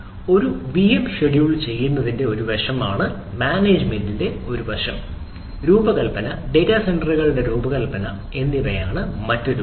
ഒന്ന് VM schedule ചെയ്യുന്നതിന്റെ ഒരു വശമാണ് മാനേജ്മെന്റിന്റെ ഒരു വശം രൂപകൽപ്പന ഡാറ്റാ സെന്ററുകളുടെ രൂപകൽപ്പന തുടങ്ങിയവയാണ് മറ്റൊരു വശം